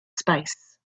space